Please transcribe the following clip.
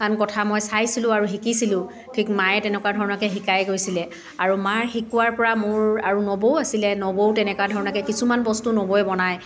কথা মই চাইছিলোঁ আৰু শিকিছিলোঁ ঠিক মায়ে তেনেকুৱা ধৰণৰকৈ শিকাই গৈছিলে আৰু মাৰ শিকোৱাৰ পৰা মোৰ আৰু নবৌও আছিলে নবৌও তেনেকুৱা ধৰণৰকৈ কিছুমান বস্তু নবৌৱে বনায়